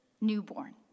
newborn